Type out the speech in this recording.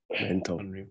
Mental